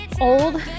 old